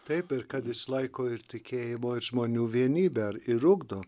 taip ir kad išlaiko ir tikėjimo ir žmonių vienybę ir ugdo